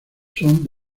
son